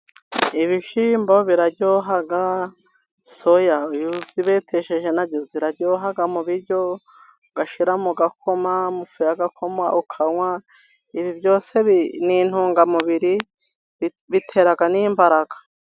Ibishyimbo biraryoha, soya uzibetesheje nazo ziraryoha mu biryo, ugashira mu gakoma, mu ifu y'agakoma ukanywa , ibi byose ni intungamubiri bitera n'imbaraga.